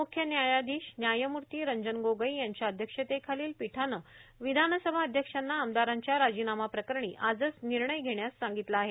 मुख्य न्यायाधीश्न न्यायमूर्ती रंजन गोगई यांच्या अध्यक्षतेखातील पीठानं विधानसभा अध्यक्षांना आमदारांच्या राजीनामाप्रकरणी आजच निर्णय घेण्यास सांगितलं आहे